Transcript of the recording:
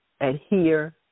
adhere